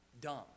dumb